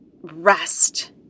rest